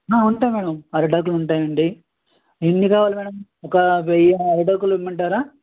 ఉంటాయి మేడం అరిటాకులు ఉంటాయండీ ఎన్ని కావాలి మేడం ఒక వెయ్యి అరిటాకులు ఇమ్మంటారా